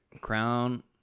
crown